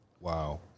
Wow